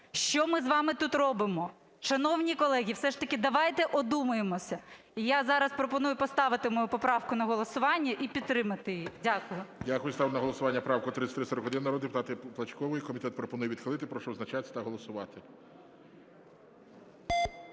Що ми з вами тут робимо? Шановні колеги, все ж таки давайте одумаємось. Я зараз пропоную поставити мою поправку на голосування і підтримати її. Дякую. ГОЛОВУЮЧИЙ Дякую. Ставлю на голосування правку 3341 народної депутатки Плачкової. Комітет пропонує відхилити. Прошу визначатись та голосувати.